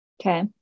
Okay